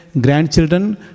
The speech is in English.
grandchildren